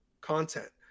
content